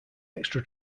extra